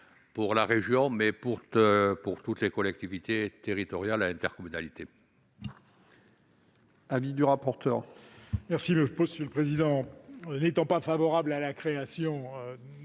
à la région, mais aussi à toutes les collectivités territoriales et intercommunalités.